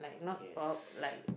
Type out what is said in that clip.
yes